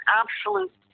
absolute